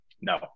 No